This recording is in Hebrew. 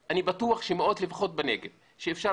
בטוח שבנגב מדובר על לפחות מאות אנשים אותם אפשר